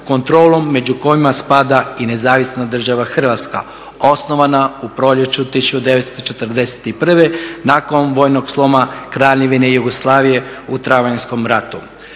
kontrolom među kojima spada i Nezavisna država Hrvatska osnovana u proljeću 1941. nakon vojnog sloma Kraljevine Jugoslavije u Travanjskom ratu.